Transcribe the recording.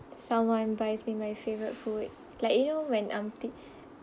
someone buys me my favourite food like you know when I'm thinking